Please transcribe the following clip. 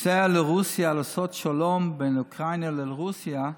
נוסע לרוסיה לעשות שלום בין אוקראינה לרוסיה,